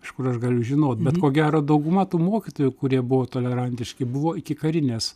iš kur aš galiu žinot bet ko gero dauguma tų mokytojų kurie buvo tolerantiški buvo ikikarinės